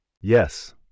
Yes